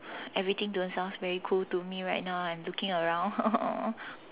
everything don't sound very cool to me right now I am looking around